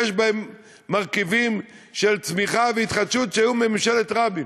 יש בהם מרכיבים של צמיחה והתחדשות שהיו מממשלת רבין.